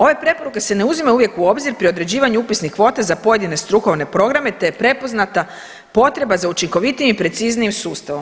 Ove preporuke se ne uzimaju uvijek u obzir pri određivanju upisnih kvota za pojedine strukovne programe te je prepoznata potreba za učinkovitijim i preciznijim sustavom.